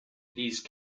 these